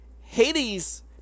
hades